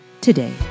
today